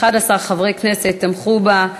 11 חברי כנסת תמכו בה.